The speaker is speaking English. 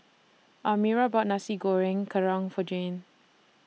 Almira bought Nasi Goreng Kerang For Jayne